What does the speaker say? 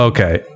Okay